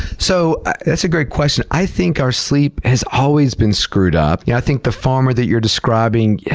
so that's a great question. i think our sleep has always been screwed up. yeah i think the farmer that you're describing, yeah